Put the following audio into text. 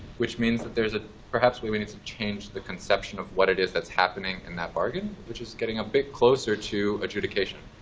which means that there is a perhaps we we need to change the conception of what it is that's happening in that bargain, which is getting a bit closer to adjudication.